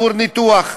הניתוח.